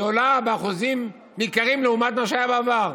היא עולה באחוזים ניכרים לעומת מה שהיה בעבר.